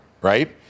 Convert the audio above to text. right